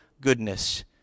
goodness